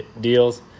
deals